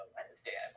Wednesday